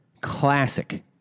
Classic